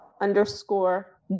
underscore